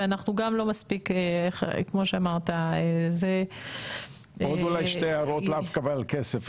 אנחנו גם לא מספיק כמו שאמרת עוד אולי שתי הערות לאו דווקא על כסף,